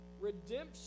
Redemption